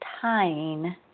tying